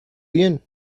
bien